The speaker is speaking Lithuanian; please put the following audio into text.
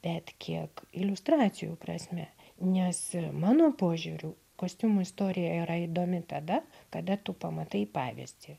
bet kiek iliustracijų prasme nes mano požiūriu kostiumų istorija yra įdomi tada kada tu pamatai pavyzdį